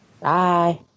Bye